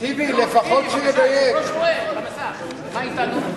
מה אתנו?